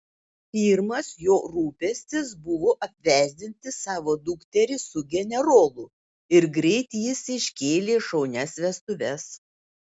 pirmas jo rūpestis buvo apvesdinti savo dukterį su generolu ir greit jis iškėlė šaunias vestuves